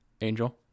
Angel